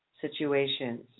situations